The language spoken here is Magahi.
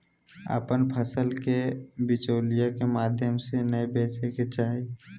अपन फसल के बिचौलिया के माध्यम से नै बेचय के चाही